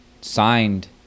signed